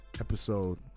episode